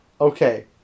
Okay